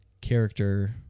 character